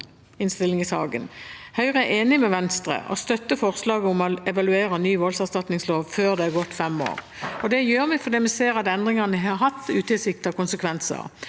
Høyre er enig med Venstre og støtter forslaget om å evaluere ny voldserstatningslov før det har gått fem år. Det gjør vi fordi vi ser at endringene har hatt utilsiktede konsekvenser.